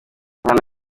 umwana